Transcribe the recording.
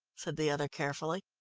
said the other carefully.